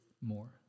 more